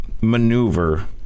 maneuver